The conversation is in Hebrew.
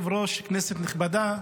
כבוד היושב-ראש, כנסת נכבדה,